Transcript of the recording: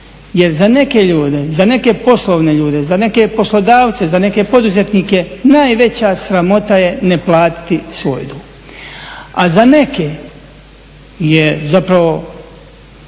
jer za neke ljude i za neke poslovne ljude, za neke poslodavce, za neke poduzetnike najveća sramota je ne platiti svoj dug. A za neke je, zapravo,